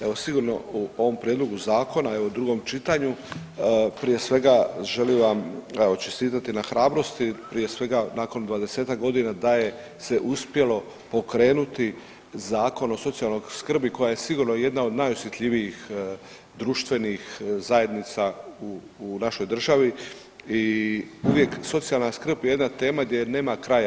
Evo sigurno u ovom prijedlogu zakona, evo drugom čitanju prije svega želim vam, evo, čestitati na hrabrosti, prije svega, nakon 20-ak godina da je se uspjelo pokrenuti Zakon o socijalnoj skrbi koja je sigurno jedna od najosjetljivijih društvenih zajednica u našoj državi i uvijek socijalna skrb je jedna tema gdje nema kraja.